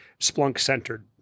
Splunk-centered